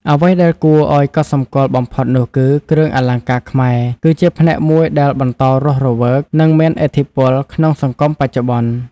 អ្វីដែលគួរឱ្យកត់សម្គាល់បំផុតនោះគឺ គ្រឿងអលង្ការខ្មែរគឺជា ផ្នែកមួយដែលបន្តរស់រវើក និងមានឥទ្ធិពលក្នុងសង្គមបច្ចុប្បន្ន។